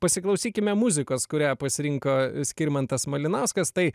pasiklausykime muzikos kurią pasirinko skirmantas malinauskas tai